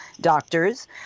doctors